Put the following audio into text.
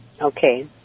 Okay